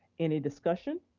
any discussion?